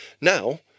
now